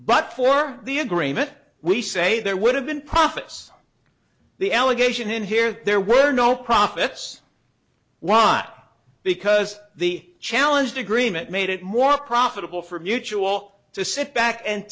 but for the agreement we say there would have been profits the allegation here there were no profits why not because the challenged agreement made it more profitable for mutual to sit back and